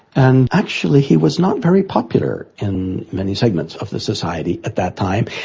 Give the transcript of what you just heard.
and actually he was not very popular in many segments of the society at that time.